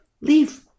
leave